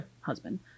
husband